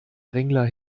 drängler